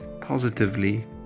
positively